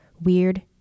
weird